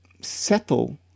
settle